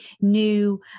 new